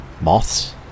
moths